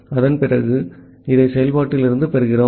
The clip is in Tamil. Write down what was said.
அதன்பிறகு இதை செயல்பாட்டிலிருந்து பெறுகிறோம்